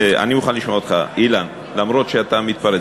כן, אני מוכן לשמוע אותך, אילן, אף שאתה מתפרץ.